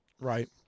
Right